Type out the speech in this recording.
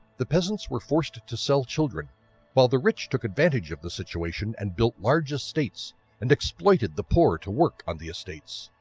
the peasants were forced to sell children while the rich took advantage of the situation and build large estates and exploited the poor to work on the estates.